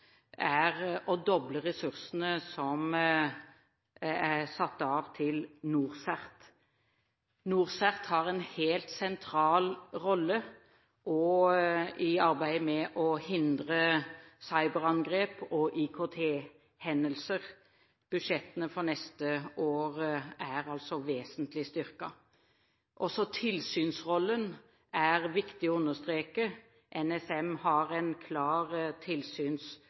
er å doble ressursene som er satt av til NorCERT. NorCERT har en helt sentral rolle i arbeidet med å hindre cyberangrep og IKT-hendelser. Budsjettene for neste år er altså vesentlig styrket. Også tilsynsrollen er viktig å understreke. NSM har en klar